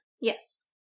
Yes